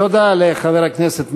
תודה לחבר הכנסת מרגי,